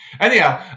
Anyhow